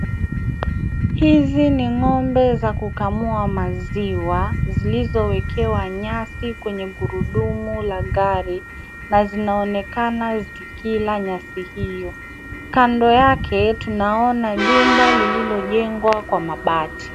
Hizi ni ngombe za kukamua maziwa, zilizo wekewa nyasi kwenye gurudumu la gari .Na zinaonekana zikila nyasi hiyo. Kando yake tunaona jumba lilojengwa kwa mabati.